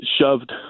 shoved